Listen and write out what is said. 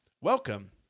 Welcome